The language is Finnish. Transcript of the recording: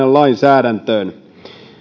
lainsäädäntöön